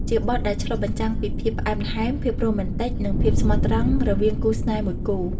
ជាបទដែលឆ្លុះបញ្ចាំងពីភាពផ្អែមល្ហែម ភាពរ៉ូមែនទិក និងភាពស្មោះត្រង់រវាងគូស្នេហ៍មួយគូ។